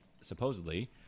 supposedly